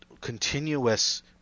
continuous